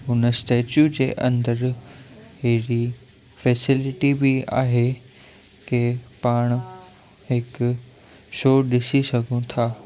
हुन स्टेच्यू जे अंदरि हेॾी फैसेलिटी बि आहे कि पाणि हिकु शो ॾिसी सघूं था